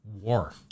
war